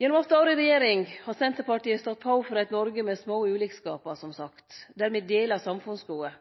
Gjennom åtte år i regjering har Senterpartiet stått på for eit Noreg med små ulikskapar, der me deler samfunnsgode.